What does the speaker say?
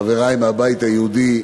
חברי מהבית היהודי,